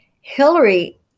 Hillary